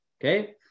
Okay